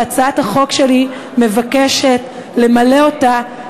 והצעת החוק שלי מבקשת למלא אותה,